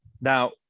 Now